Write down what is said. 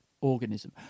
organism